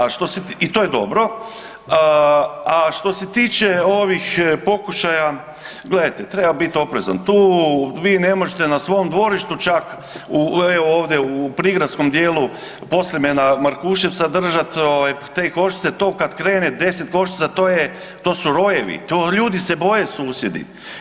A što se, i to je dobro, a što se tiče ovih pokušaja gledajte treba biti oprezan, tu vi ne možete na svom dvorištu čak evo ovdje u prigradskom dijelu Podsljemena, Markuševca držat ovaj te košnice, to kad krene 10 košnica to je, to su rojevi, to ljudi se boje susjedi.